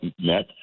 net